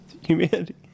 humanity